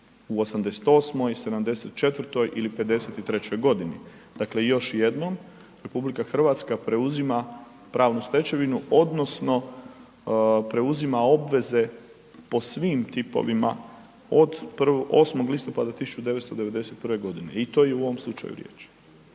u '88., '74. ili '53. godini. Dakle, još jednom RH preuzima pravnu stečevinu odnosno preuzima obveze po svim tipovima od 8. listopada 1991. i to je i u ovom slučaju riječ.